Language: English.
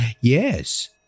Yes